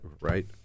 right